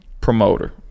promoter